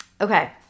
Okay